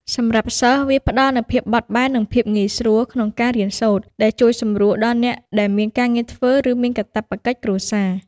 សម្រាប់សិស្ស វាផ្តល់នូវ ភាពបត់បែន និងភាពងាយស្រួល ក្នុងការរៀនសូត្រ ដែលជួយសម្រួលដល់អ្នកដែលមានការងារធ្វើ ឬមានកាតព្វកិច្ចគ្រួសារ។